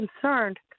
concerned